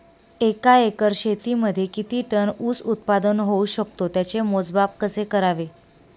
एका एकर शेतीमध्ये किती टन ऊस उत्पादन होऊ शकतो? त्याचे मोजमाप कसे करावे?